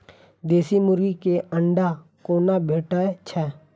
देसी मुर्गी केँ अंडा कोना भेटय छै?